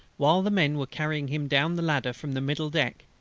while the men were carrying him down the ladder from the middle deck,